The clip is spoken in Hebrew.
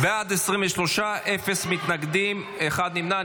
בעד, 23, אפס מתנגדים, אחד נמנע.